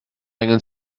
angen